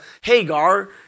Hagar